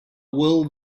will